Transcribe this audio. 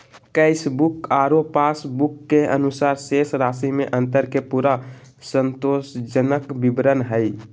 cashbook आरो passbook के अनुसार शेष राशि में अंतर के पूरा संतोषजनक विवरण हइ